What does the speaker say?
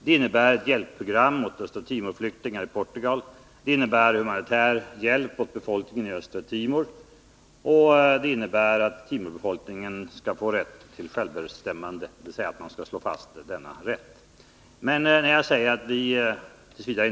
Det innebär ett hjälpprogram åt Östra Timor-flyktingar i Portugal, innebär humanitär hjälp åt befolkningen i Östra Timor och att man skall stå fast vid uppfattningen att Östra Timorbefolkningen skall få rätt till självbestämmande. Men när jag säger att vi t.v.